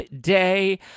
day